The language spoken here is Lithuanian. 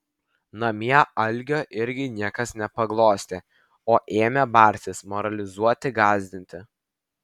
namie algio irgi niekas nepaglostė o ėmė bartis moralizuoti gąsdinti